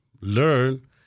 learn